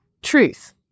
truth